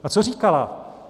A co říkala?